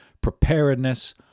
preparedness